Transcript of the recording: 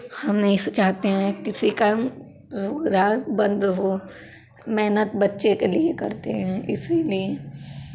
हम नहीं चाहते हैं किसी का रोजगार बंद हो मेहनत बच्चे के लिये करते हैं इसीलिये